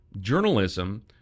journalism